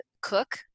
cook